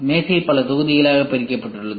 மேசை பல தொகுதிகளாக பிரிக்கப்பட்டுள்ளது